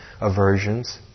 aversions